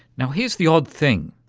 now, here's the odd thing.